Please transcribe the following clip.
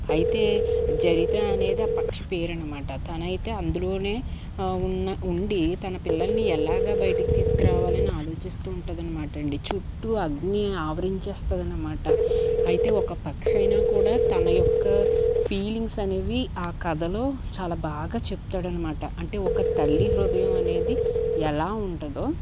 అయితే జరిత అనేది ఆ పక్షి పేరు అనమాట తనైతే అందులోనే ఉన్న ఉండి తన పిల్లల్ని ఎలాగా బయటకు తీసుకురావాలని ఆలోచిస్తూ ఉంటాదన్నమాట అండి చుట్టూ అగ్ని ఆవరించేస్తదన్నమాట అయితే ఒక పక్షైనా కూడా తన యొక్క ఫీలింగ్స్ అనేవి ఆ కథలో చాలా బాగా చెప్తాడన్నమాట అంటే ఒక తల్లి హృదయం అనేది ఎలా ఉంటుందో